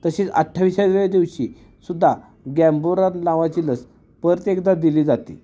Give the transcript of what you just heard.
तसेच अठ्ठावीसाव्या दिवशी सुद्धा गँबोरा नावाची लस परत एकदा दिली जाते